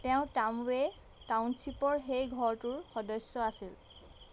তেওঁ টামৱে' টাউনশ্বিপৰ সেই ঘৰটোৰ সদস্য আছিল